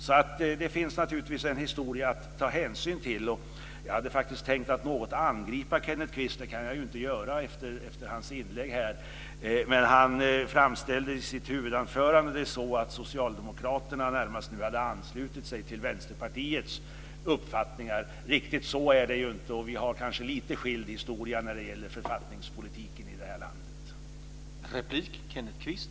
Så det finns naturligtvis en historia att ta hänsyn till. Jag hade faktiskt tänkt mig att något angripa Kenneth Kvist. Det kan jag ju inte göra efter hans inlägg här, men han framställde det så i sitt huvudanförande att Socialdemokraterna nu närmast hade anslutit sig till Vänsterpartiets uppfattningar. Riktigt så är det ju inte, och vi har kanske lite skild historia när det gäller förvaltningspolitiken i det här landet.